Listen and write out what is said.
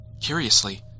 Curiously